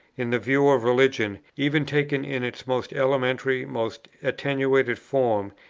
in the view of religion, even taken in its most elementary, most attenuated form,